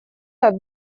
над